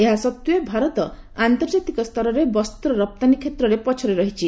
ଏହା ସତ୍ତ୍ୱେ ଭାରତ ଆନ୍ତର୍ଜାତିକ ସ୍ତରରେ ବସ୍ତ ରପ୍ତାନୀ କ୍ଷେତ୍ରରେ ପଛରେ ରହିଛି